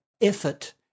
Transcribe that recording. effort